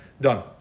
done